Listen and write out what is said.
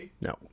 No